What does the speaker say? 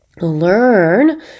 learn